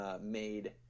made